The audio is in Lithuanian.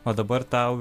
o dabar tau